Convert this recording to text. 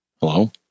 Hello